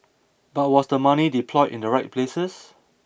but was the money deployed in the right places